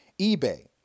eBay